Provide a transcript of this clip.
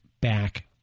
back